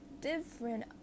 different